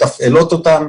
מתפעלות אותן,